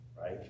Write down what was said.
right